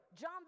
John